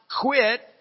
quit